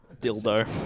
Dildo